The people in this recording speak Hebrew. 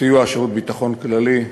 בסיוע שירות הביטחון הכללי,